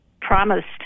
promised